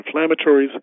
anti-inflammatories